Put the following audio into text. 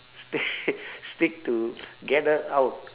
stick stick to gather out